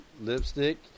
lipstick